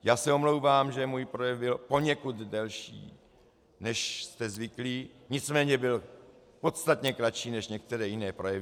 Já se omlouvám, že můj projev byl poněkud delší, než jste zvyklí, nicméně byl podstatně kratší než některé jiné projevy.